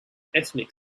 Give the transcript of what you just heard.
ethnic